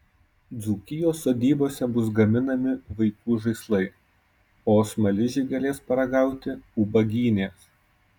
dzūkijos sodybose bus gaminami vaikų žaislai o smaližiai galės paragauti ubagynės